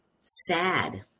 sad